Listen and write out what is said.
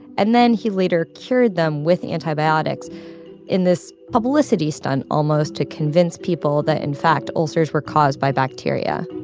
and then he later cured them with antibiotics in this publicity stunt, almost, to convince people that, in fact, ulcers were caused by bacteria